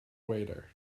waiter